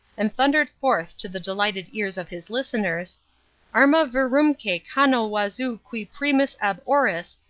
and thundered forth to the delighted ears of his listeners arma virumque cano wazoo qui primus ab oris,